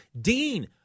Dean